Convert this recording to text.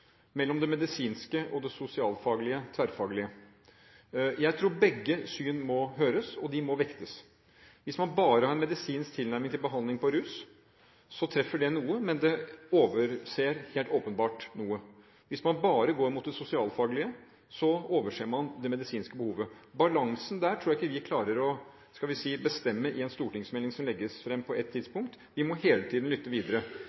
mellom det medisinske og det sosialfaglige og tverrfaglige. Jeg tror begge syn må høres, og de må vektes. Hvis man bare har en medisinsk tilnærming til behandling på rusfeltet, treffer det noe, men det overser helt åpenbart noe. Hvis man bare går mot det sosialfaglige, overser man det medisinske behovet. Den balansen der tror jeg ikke vi klarer å bestemme i en stortingsmelding som legges fram på ett tidspunkt, vi må hele tiden lytte videre.